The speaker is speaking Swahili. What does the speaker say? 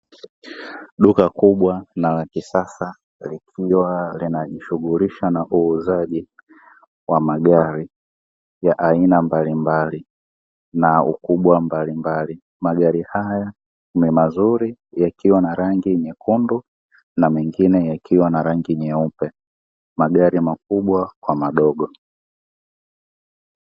Duka kubwa na la kisasa likiwa linajishughulisha na uuzaji wa magari ya aina mbalimbali, na ukubwa mbalimbali. Magari haya ni mazuri yakiwa na rangi nyekundu na mengine yakiwa na rangi nyeupe magari makubwa kwa madogo.